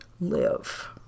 live